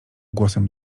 głosem